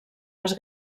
les